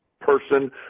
person